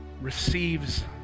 receives